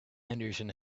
henderson